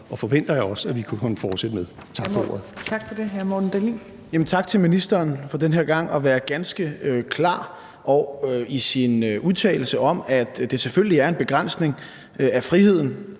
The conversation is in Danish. og forventer jeg også vi vil kunne fortsætte med. Tak for ordet.